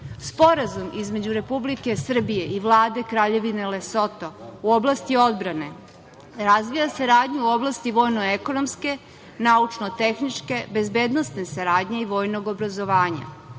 akcijama. Sporazum između Republike Srbije i Vlade Kraljevine Lesoto u oblasti odbrane razvija saradnju u oblasti vojno-ekonomske, naučno-tehničke, bezbednosne saradnje i vojnog obrazovanja. Naša